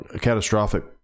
catastrophic